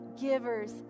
givers